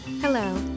Hello